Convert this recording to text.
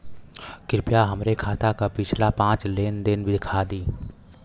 कृपया हमरे खाता क पिछला पांच लेन देन दिखा दी